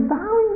bow